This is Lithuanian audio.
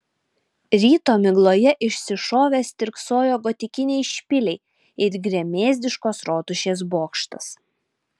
ryto migloje išsišovę stirksojo gotikiniai špiliai ir gremėzdiškos rotušės bokštas